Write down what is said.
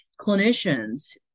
clinicians